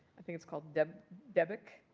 i think it's called dabiq.